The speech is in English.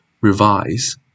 revise